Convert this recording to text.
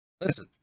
Listen